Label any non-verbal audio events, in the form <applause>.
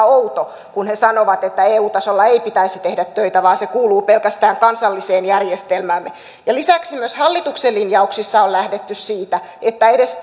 <unintelligible> outo kun he sanovat että eu tasolla ei pitäisi tehdä töitä vaan se kuuluu pelkästään kansalliseen järjestelmäämme lisäksi myös hallituksen linjauksissa on lähdetty siitä että edes <unintelligible>